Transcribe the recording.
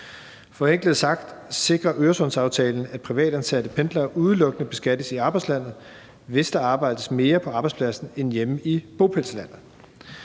Forenklet sagt sikrer Øresundsaftalen, at privatansatte pendlere udelukkende beskattes i arbejdslandet, hvis der arbejdes mere på arbejdspladsen end hjemme i bopælslandet,